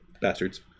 Bastards